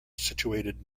situated